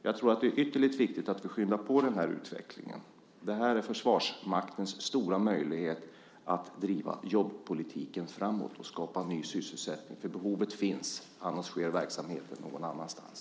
Jag tror att det är ytterligt viktigt att vi skyndar på utvecklingen. Det här är Försvarsmaktens stora möjlighet att driva jobbpolitiken framåt och skapa ny sysselsättning. Behovet finns. Annars sker verksamheten någon annanstans.